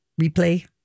Replay